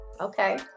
Okay